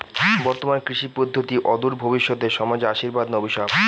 বর্তমান কৃষি পদ্ধতি অদূর ভবিষ্যতে সমাজে আশীর্বাদ না অভিশাপ?